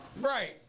Right